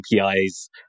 APIs